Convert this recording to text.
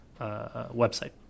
website